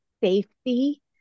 safety